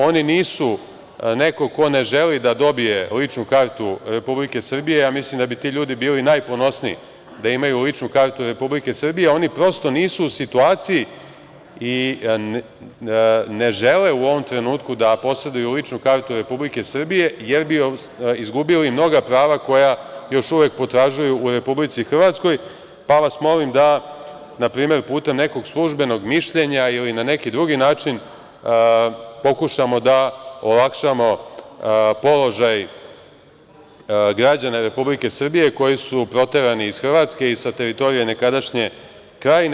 Oni nisu neko ko ne želi da dobije ličnu kartu Republike Srbije, ja mislim da bi ti ljudi bili najponosniji da imaju ličnu kartu Republike Srbije, oni prosto nisu u situaciji i ne žele u ovom trenutku da poseduju ličnu kartu Republike Srbije jer bi izgubili mnoga prava koja još uvek potražuju u Republici Hrvatskoj, pa vas molim da, na primer, putem nekog službenog mišljenja ili na neki drugi način, pokušamo da olakšamo položaj građana Republike Srbije, koji su proterani iz Hrvatske i sa teritorije nekadašnje Krajine.